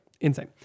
insane